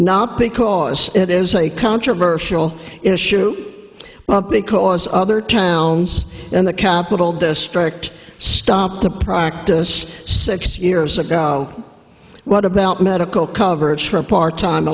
not because it is a controversial issue but because other towns in the capital district stop the practice six years ago what about medical coverage for a part time